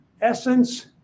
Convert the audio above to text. essence